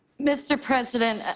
mr. president,